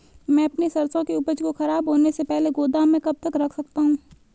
मैं अपनी सरसों की उपज को खराब होने से पहले गोदाम में कब तक रख सकता हूँ?